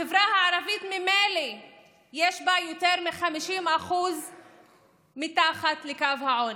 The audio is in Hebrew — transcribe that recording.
ממילא בחברה הערבית יותר מ-50% מתחת לקו העוני,